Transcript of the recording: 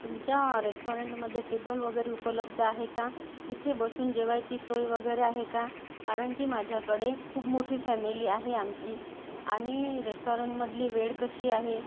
तुमच्या रेस्टाॅरंटमध्ये टेबल वगैरे उपलब्ध आहे का तिथे बसून जेवायची सोय वगैरे आहे का कारण की माझ्याकडे खूप मोठी फॅमिली आहे आमची आणि रेस्टाॅरंटमधली वेळ कशी आहे